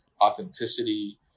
authenticity